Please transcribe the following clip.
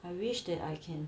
I wish that I can